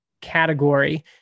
category